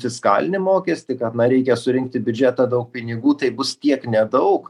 fiskalinį mokestį kad na reikia surinkt į biudžetą daug pinigų tai bus tiek nedaug